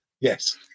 Yes